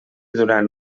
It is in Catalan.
durant